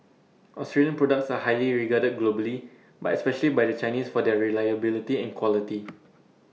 Australian products are highly regarded globally but especially by the Chinese for their reliability and quality